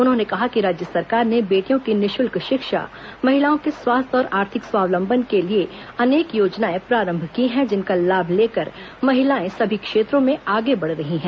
उन्होंने कहा कि राज्य सरकार बेटियों की निःशुल्क शिक्षा महिलाओं के स्वास्थ्य और आर्थिक स्वालंबन के लिए अनेक योजनाएं प्रारंभ की है जिनका लाभ लेकर महिलाएं सभी क्षेत्रों में आगे बढ़ रही है